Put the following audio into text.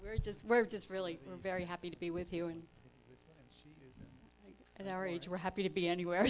we're just we're just really very happy to be with you and in our age we're happy to be anywhere